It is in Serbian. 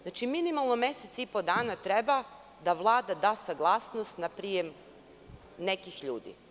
Znači, minimalno mesec i po dana treba da Vlada da saglasnost na prijem nekih ljudi.